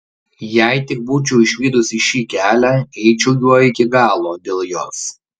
jei tik būčiau išvydusi šį kelią eičiau juo iki galo dėl jos